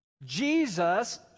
Jesus